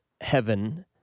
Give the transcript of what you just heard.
heaven